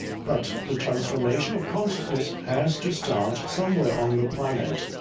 but the transformation of consciousness has to start somewhere on the planet.